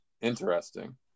Interesting